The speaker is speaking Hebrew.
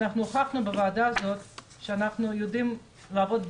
אנחנו הוכחנו בוועדה הזאת שאנחנו יודעים לעבוד ביחד,